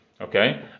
Okay